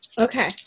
Okay